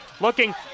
Looking